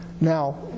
now